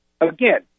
Again